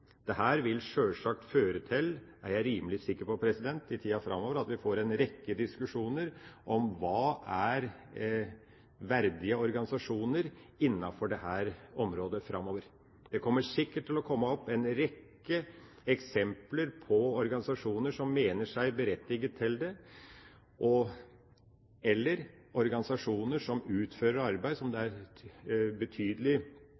vil sjølsagt i tida framover føre til – det er jeg rimelig sikker på – at vi får en rekke diskusjoner om hva verdige organisasjoner er innenfor dette området. Det kommer sikkert til å komme opp en rekke eksempler på organisasjoner som mener seg berettiget til det, og/eller organisasjoner som utfører arbeid som det er et betydelig